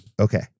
Okay